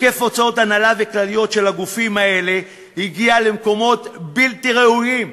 היקף הוצאות הנהלה וכלליות של הגופים האלה הגיע למקומות בלתי ראויים: